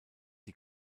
die